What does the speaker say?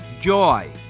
joy